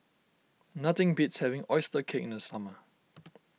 nothing beats having Oyster Cake in the summer